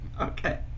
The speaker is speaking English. Okay